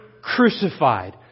crucified